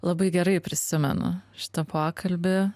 labai gerai prisimenu šitą pokalbį